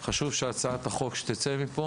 באמת חשוב שהצעת החוק שתצא מפה